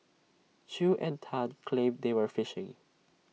chew and Tan claimed they were fishing